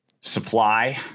supply